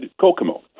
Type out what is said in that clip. Kokomo